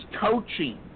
coaching